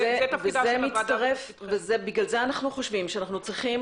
זה תפקידה של הוועדה --- בגלל זה אנחנו חושבים שאנחנו צריכים